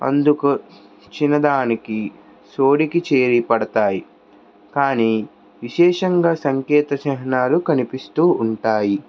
అందుకు ఇచ్చినదానికి సోడికి చేరిపడతాయి కానీ విశేషంగా సంకేత చిహ్నాలు కనిపిస్తూ ఉంటాయి